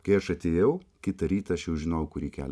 kai aš atėjau kitą rytą aš jau žinojau kurį kelią